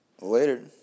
Later